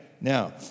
Now